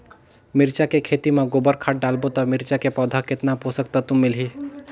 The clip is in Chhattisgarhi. मिरचा के खेती मां गोबर खाद डालबो ता मिरचा के पौधा कितन पोषक तत्व मिलही?